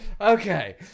Okay